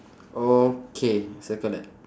okay circle that